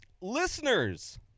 Listeners